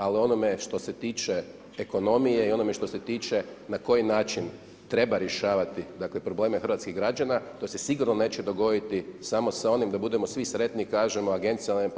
Ali, o onome što se tiče ekonomije i onome što se tiče, na koji način, treba rješavati probleme hrvatskih građana, to se sigurno neće dogoditi, samo s onim, da budemo svi sretni, i kažemo agencija je